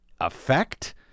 effect